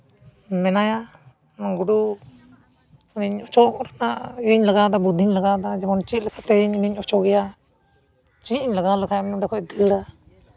ᱢᱮᱱᱟᱭᱟ ᱜᱩᱰᱩ ᱤᱧ ᱚᱪᱚᱜ ᱨᱮᱱᱟᱜ ᱤᱭᱟᱹᱧ ᱞᱟᱜᱟᱣᱫᱟ ᱵᱩᱫᱽᱫᱷᱤᱧ ᱞᱟᱜᱟᱣᱫᱟ ᱡᱮᱢᱚᱱ ᱪᱮᱫ ᱞᱮᱠᱟᱛᱤᱧ ᱩᱱᱤᱧ ᱚᱪᱚᱜᱮᱭᱟ ᱪᱮᱫ ᱤᱧ ᱞᱟᱜᱟᱣ ᱞᱮᱠᱷᱟᱡ ᱚᱸᱰᱮ ᱠᱷᱚᱱᱮ ᱫᱟᱹᱲᱟ